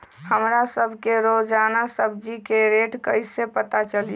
हमरा सब के रोजान सब्जी के रेट कईसे पता चली?